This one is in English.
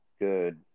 good